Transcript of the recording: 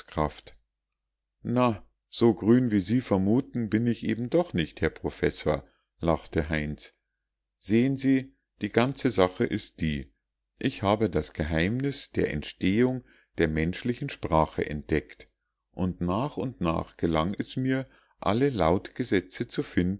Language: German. na so grün wie sie vermuten bin ich eben doch nicht herr professor lachte heinz sehen sie die ganze sache ist die ich habe das geheimnis der entstehung der menschlichen sprache entdeckt und nach und nach gelang es mir alle lautgesetze zu finden